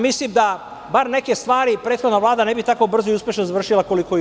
Mislim da bar neke stvari prethodna Vlada ne bi tako brzo i uspešno završila koliko i ova.